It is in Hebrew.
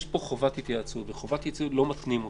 יש פה חובת התייעצות, וחובת התייעצות לא מתנים.